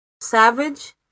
Savage